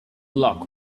luck